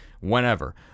whenever